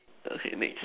the same age